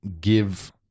give